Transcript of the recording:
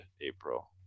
April